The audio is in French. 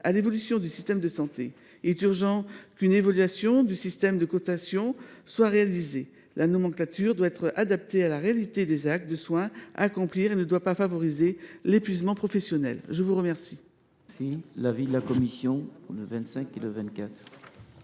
à l’évolution du système de santé. Il est urgent qu’une évaluation du système de cotation soit réalisée. La nomenclature doit être adaptée à la réalité des actes de soins à accomplir et ne doit pas favoriser l’épuisement professionnel. Quel